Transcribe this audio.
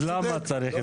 אז למה צריך את זה?